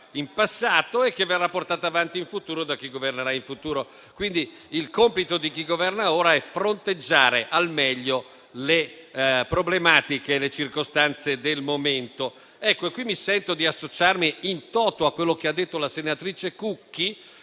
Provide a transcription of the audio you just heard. in passato e che verrà portata avanti da chi governerà in futuro. Il compito di chi governa ora è fronteggiare al meglio le problematiche e le circostanze del momento. In questo senso sento di associarmi *in toto* a quanto detto dalla senatrice Cucchi.